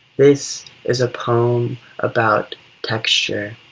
this is a poem about texture,